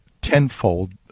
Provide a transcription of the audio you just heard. tenfold